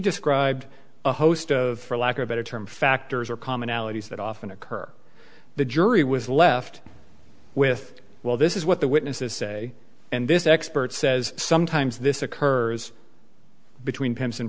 described a host of for lack of a better term factors or commonalities that often occur the jury was left with well this is what the witnesses say and this expert says sometimes this occurs between pimps and